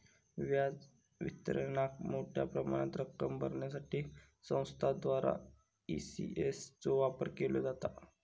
व्याज वितरणाक मोठ्या प्रमाणात रक्कम भरण्यासाठी संस्थांद्वारा ई.सी.एस चो वापर केलो जाता